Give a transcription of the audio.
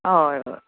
हय हय